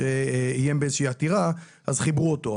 שאיים באיזושהי עתירה, אז חיברו אותו.